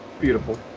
Beautiful